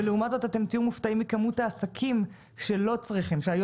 ולעומת זאת אתם תהיו מופתעים מכמות העסקים שלא צריכים,